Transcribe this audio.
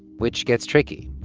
which gets tricky.